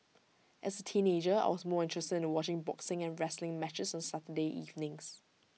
as teenager I was more interested in watching boxing and wrestling matches on Saturday evenings